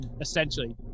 essentially